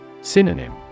Synonym